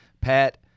Pat